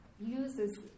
uses